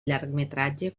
llargmetratge